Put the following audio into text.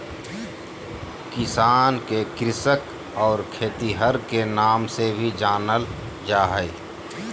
किसान के कृषक और खेतिहर के नाम से भी जानल जा हइ